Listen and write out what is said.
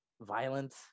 violent